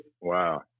Wow